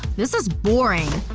this is boring.